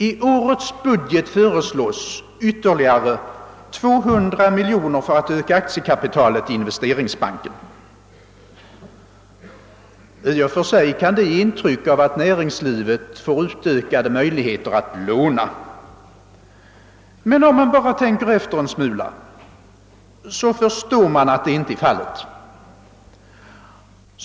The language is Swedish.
I årets budget föreslås ytterligare 200 miljoner kronor för att öka aktiekapitalet i investeringsbanken. I och för sig kan det ge intryck av att näringslivet får ökade möjligheter att låna. Men om man bara tänker efter en smula, förstår man att så inte är fallet.